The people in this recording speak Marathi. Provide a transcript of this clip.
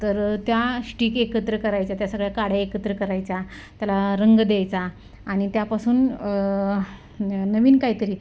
तर त्या श्टीक एकत्र करायचा त्या सगळ्या काड्या एकत्र करायच्या त्याला रंग द्यायचा आणि त्यापासून नवीन काहीतरी